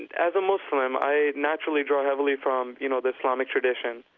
and as a muslim, i naturally draw heavily from you know the islamic tradition,